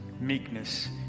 meekness